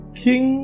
king